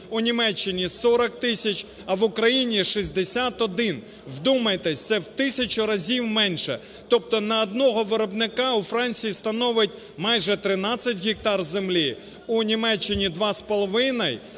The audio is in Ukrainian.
у Німеччині – 40 тисяч, а в Україні – 61. Вдумайтесь, це в тисячу разів менше. Тобто на одного виробника у Франції становить майже 13 гектар землі, у Німеччині –